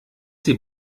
sie